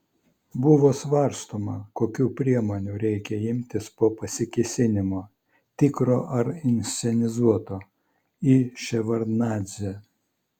buvo svarstoma kokių priemonių reikia imtis po pasikėsinimo tikro ar inscenizuoto į ševardnadzę